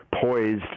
poised